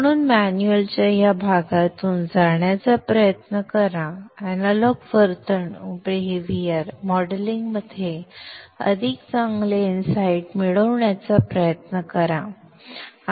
म्हणून मॅन्युअलच्या या भागातून जाण्याचा प्रयत्न करा अॅनालॉग वर्तणूक मॉडेलिंगमध्ये अधिक चांगले अंतर्दृष्टी मिळविण्याचा प्रयत्न करा